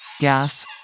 gas